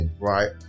Right